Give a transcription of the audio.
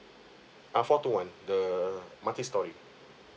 ah four two one the multi storey